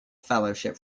fellowship